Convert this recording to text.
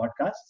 podcasts